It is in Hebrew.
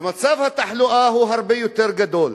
אז מצב התחלואה הוא הרבה יותר גדול.